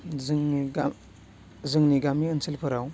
जोंनि जोंनि गामि ओनसोलफोराव